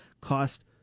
cost